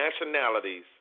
nationalities